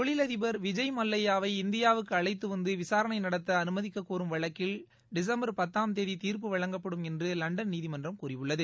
தொழிலதிபர் விஜய் மல்லையாவை இந்தியாவுக்கு அழைத்துவந்து விசாரணை நடத்த அனுமதிக்கக்கோரும் வழக்கில் டிசம்பர் பத்தாம் தேதி தீர்ப்பு வழங்கப்படும் என்று லண்டள் நீதிமன்றம் கூறியுள்ளது